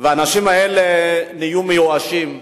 האנשים האלה הפכו למיואשים,